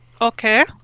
Okay